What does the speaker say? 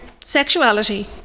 sexuality